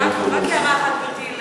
רק הערה אחת, גברתי,